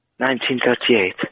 1938